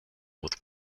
with